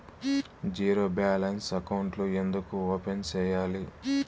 zero balance అకౌంట్లు ఎందుకు open సేయాలి